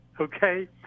Okay